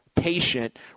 patient